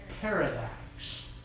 Paradox